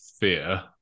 fear